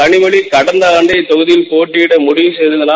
கனிமொழி கடந்த ஆண்டோ இக்கொகுதியில் போட்டியிட முடிவு செய்தார்